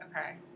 okay